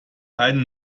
einen